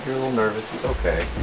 a little nervous, it's okay.